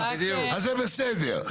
אז זה בסדר.